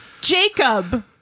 Jacob